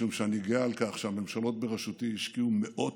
משום שאני גאה על כך שהממשלות בראשותי השקיעו מאות